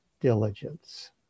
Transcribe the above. diligence